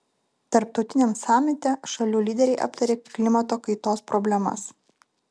tarptautiniam samite šalių lyderiai aptarė klimato kaitos problemas